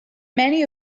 many